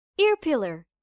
Earpillar